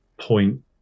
point